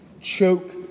choke